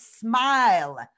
smile